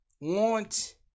want